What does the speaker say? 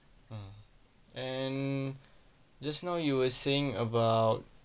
mm and just now you were saying about